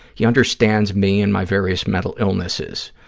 he understands me and my various mental illnesses.